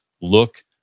look